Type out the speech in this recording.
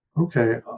okay